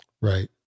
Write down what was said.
Right